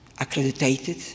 accredited